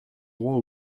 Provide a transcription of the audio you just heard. droits